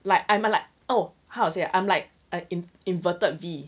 like I'm like oh how to say I'm like a in~ inverted v